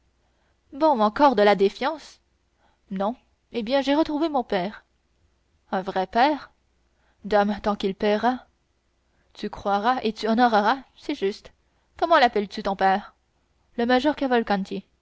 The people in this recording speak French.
bon encore de la défiance non eh bien j'ai retrouvé mon père un vrai père dame tant qu'il paiera tu croiras et tu honoreras c'est juste comment lappelles tu ton père le major cavalcanti